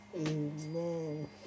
Amen